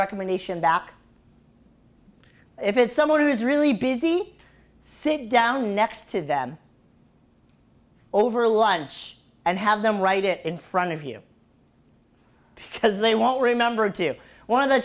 recommendation back if it's someone who's really busy sit down next to them over lunch and have them write it in front of you because they won't remember it to one of th